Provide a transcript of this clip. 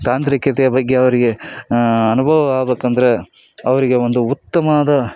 ತಾಂತ್ರಿಕತೆಯ ಬಗ್ಗೆ ಅವರಿಗೆ ಅನುಭವ ಆಗಬೇಕಂದ್ರೆ ಅವರಿಗೆ ಒಂದು ಉತ್ತಮವಾದ